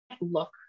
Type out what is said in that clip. look